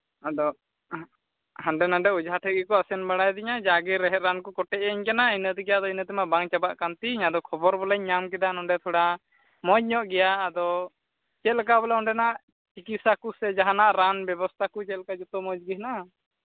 ᱟᱫᱚ ᱦᱟᱸᱰᱮ ᱱᱟᱰᱮ ᱚᱡᱷᱟ ᱴᱷᱮᱱ ᱜᱮᱠᱚ ᱟᱥᱮᱱ ᱵᱟᱲᱟᱭᱮᱫᱤᱧᱟ ᱡᱟᱜᱮ ᱨᱮᱦᱮᱫ ᱨᱟᱱ ᱠᱚ ᱠᱚᱴᱮᱡ ᱟᱹᱧ ᱠᱟᱱᱟ ᱤᱱᱟᱹ ᱛᱮᱜᱮ ᱟᱫᱚ ᱤᱱᱟᱹ ᱛᱮᱢᱟ ᱵᱟᱝ ᱪᱟᱵᱟᱜ ᱠᱟᱱ ᱛᱤᱧ ᱟᱫᱚ ᱠᱷᱚᱵᱚᱨ ᱵᱚᱞᱮᱧ ᱧᱟᱢ ᱠᱮᱫᱟ ᱱᱚᱰᱮ ᱛᱷᱚᱲᱟ ᱢᱚᱡᱽ ᱧᱚᱜ ᱜᱮᱭᱟ ᱟᱫᱚ ᱪᱮᱫ ᱞᱮᱠᱟ ᱵᱚᱞᱮ ᱚᱸᱰᱮ ᱱᱟᱜ ᱪᱤᱠᱤᱛᱥᱟ ᱠᱚᱥᱮ ᱡᱟᱦᱟᱱᱟᱜ ᱨᱟᱱ ᱵᱮᱵᱚᱥᱛᱷᱟ ᱠᱚ ᱪᱮᱫ ᱞᱮᱠᱟ ᱡᱚᱛᱚ ᱢᱚᱡᱽ ᱜᱮ ᱢᱮᱱᱟᱜᱼᱟ